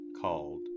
called